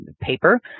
paper